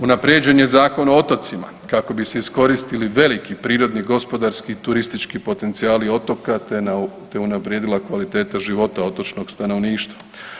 Unaprijeđen je Zakon o otocima kako bi se iskoristili veliki, prirodni, gospodarski i turistički potencijali otoka, te unaprijedila kvaliteta života otočnog stanovništva.